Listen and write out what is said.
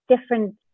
different